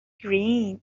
گرین